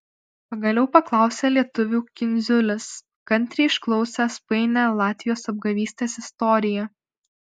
pagaliau paklausė lietuvių kindziulis kantriai išklausęs painią latvijos apgavystės istoriją